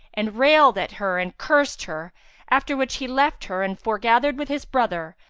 and railed at her and cursed her after which he left her and fore-gathered with his brother,